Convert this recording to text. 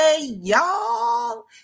y'all